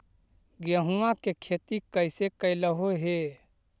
गेहूआ के खेती कैसे कैलहो हे?